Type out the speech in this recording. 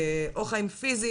או חיים פיזיים,